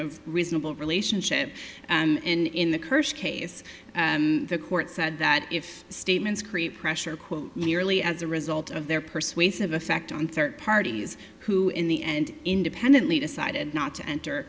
of reasonable relationship and in the cursed case the court said that if statements create pressure quote merely as a result of their persuasive effect on third parties who in the end independently decided not to enter